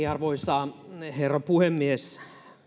arvoisa herra puhemies